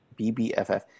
BBFF